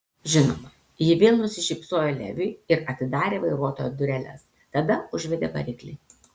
žinoma ji vėl nusišypsojo leviui ir atidarė vairuotojo dureles tada užvedė variklį